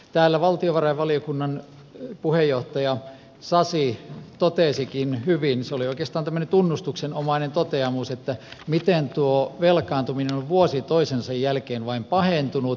täällä valtiovarainvaliokunnan puheenjohtaja sasi totesikin hyvin se oli oikeastaan tämmöinen tunnustuksenomainen toteamus miten tuo velkaantuminen on vuosi toisensa jälkeen vain pahentunut